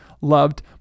loved